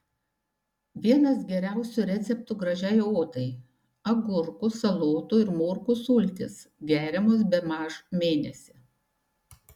vienas geriausių receptų gražiai odai agurkų salotų ir morkų sultys geriamos bemaž mėnesį